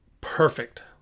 perfect